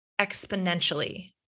exponentially